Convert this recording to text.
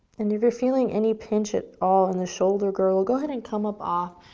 and if you're feeling any pinch at all in the shoulder girdle, go ahead and come up off,